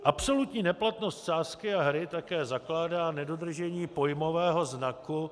Absolutní neplatnost sázky a hry také zakládá nedodržení pojmového znaku...